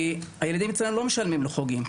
הילדים אצלנו לא משלמים לחוגים,